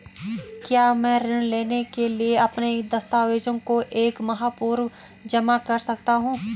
क्या मैं ऋण लेने के लिए अपने दस्तावेज़ों को एक माह पूर्व जमा कर सकता हूँ?